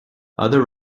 other